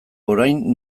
orain